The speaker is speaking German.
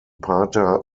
pater